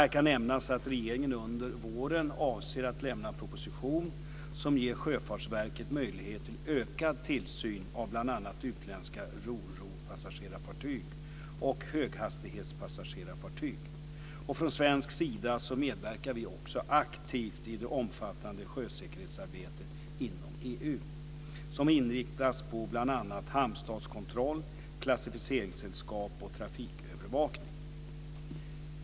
Här kan nämnas att regeringen under våren avser att lämna en proposition som ger Sjöfartsverket möjlighet till utökad tillsyn av bl.a. utländska roropassagerarfartyg och höghastighetspassagerarfartyg. Från svensk sida medverkar vi också aktivt i det omfattande sjösäkerhetsarbetet inom EU, som inriktas på bl.a. hamnstatskontroll, klassificeringssällskap och trafikövervakning.